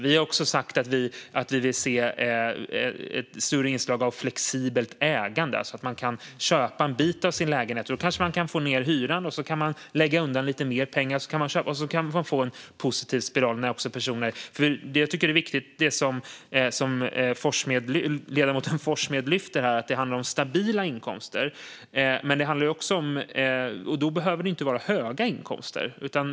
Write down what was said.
Vi har också sagt att vi vill se ett större inslag av flexibelt ägande, det vill säga att man kan köpa en bit av sin lägenhet och kanske få ned hyran. Då kan man lägga undan lite mer pengar, och så blir det en positiv spiral även för dessa personer. Jag tycker att det som ledamoten Forssmed lyfter här är viktigt: Det handlar om stabila inkomster. Det behöver inte vara höga inkomster.